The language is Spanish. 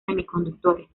semiconductores